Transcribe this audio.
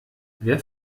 wer